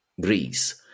Greece